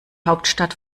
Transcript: hauptstadt